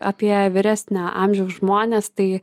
apie vyresnio amžiaus žmones tai